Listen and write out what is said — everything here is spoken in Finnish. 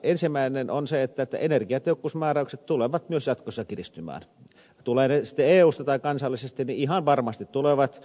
ensimmäinen on se että energiatehokkuusmääräykset tulevat myös jatkossa kiristymään tulevat ne sitten eusta tai kansallisesti ihan varmasti tulevat